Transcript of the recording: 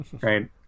right